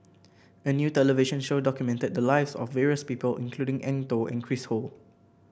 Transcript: a new television show documented the lives of various people including Eng Tow and Chris Ho